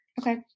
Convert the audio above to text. Okay